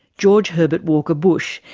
george herbert walker bush,